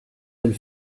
elles